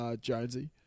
Jonesy